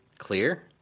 Clear